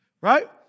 Right